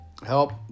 Help